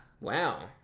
wow